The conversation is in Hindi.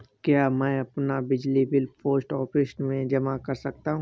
क्या मैं अपना बिजली बिल पोस्ट ऑफिस में जमा कर सकता हूँ?